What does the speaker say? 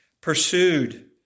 pursued